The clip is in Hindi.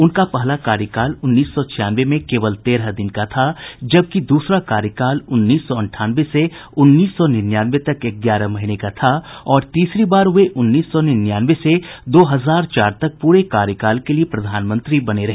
उनका पहला कार्यकाल उन्नीस सौ छियानवे में केवल तेरह दिन का था जबकि दूसरा कार्यकाल उन्नीस सौ अंठानवे से उन्नीस सौ निन्यानवे तक ग्यारह महीने का था और तीसरी बार वे उन्नीस सौ निन्यानवे से दो हजार चार तक पूरे कार्यकाल के लिए प्रधानमंत्री बने रहे